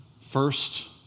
first